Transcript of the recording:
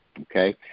okay